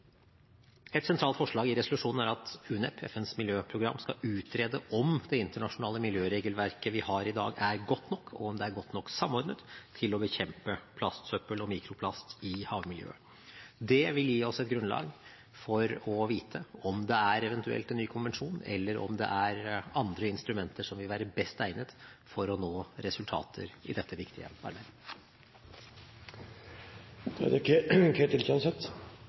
Et sentralt forslag i resolusjonen er at UNEP, FNs miljøprogram, skal utrede om det internasjonale miljøregelverket vi har i dag, er godt nok, og om det er godt nok samordnet til å bekjempe plastsøppel og mikroplast i havmiljøet. Det vil gi oss et grunnlag for å vite om det er en eventuell ny konvensjon eller andre instrumenter som vil være best egnet for å oppnå resultater i dette viktige